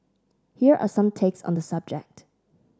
here are some takes on the subject